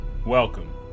Welcome